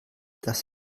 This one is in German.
das